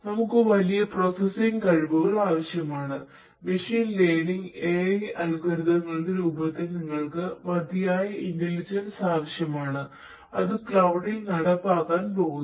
നമുക്ക് വലിയ പ്രോസസ്സിംഗ് കഴിവുകൾ ആവശ്യമാണ് മെഷീൻ ലേണിംഗ് നടപ്പിലാക്കാൻ പോകുന്നു